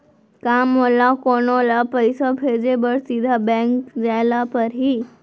का मोला कोनो ल पइसा भेजे बर सीधा बैंक जाय ला परही?